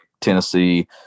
Tennessee